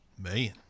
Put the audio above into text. Man